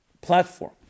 platform